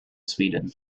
sweden